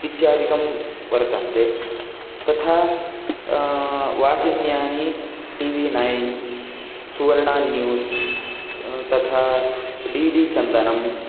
इत्यादिकं वर्तन्ते तथा वाहिन्यानि TV nine Suvarna news तथा डि डि चन्दनं